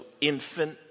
infant